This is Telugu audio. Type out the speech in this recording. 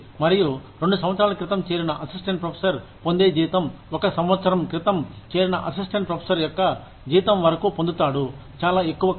మరియు 2 సంవత్సరాల క్రితం చేరిన అసిస్టెంట్ ప్రొఫెసర్ పొందే జీతం ఒక సంవత్సరం క్రితం చేరిన అసిస్టెంట్ ప్రొఫెసర్ యొక్క జీతం వరకు పొందుతాడు చాలా ఎక్కువ కాదు